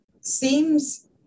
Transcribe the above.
seems